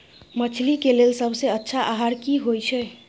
मछली के लेल सबसे अच्छा आहार की होय छै?